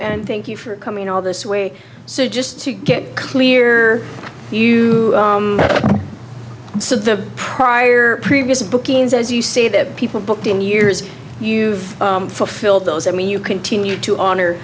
and thank you for coming all this way so just to get clear you said the prior previous bookings as you see that people booked in years you've fulfilled those i mean you continue to honor